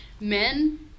Men